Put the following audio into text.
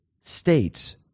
states